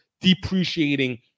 depreciating